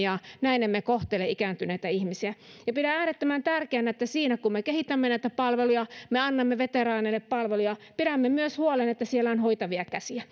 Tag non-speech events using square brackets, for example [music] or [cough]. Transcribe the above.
[unintelligible] ja näin emme kohtele ikääntyneitä ihmisiä pidän äärettömän tärkeänä että kun me kehitämme näitä palveluja me annamme veteraaneille palveluja niin pidämme myös huolen että siellä on hoitavia käsiä [unintelligible]